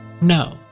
No